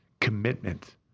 commitment